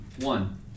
one